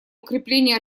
укрепления